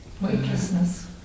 Weightlessness